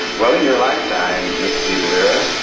well, in your lifetime, mr. de valera,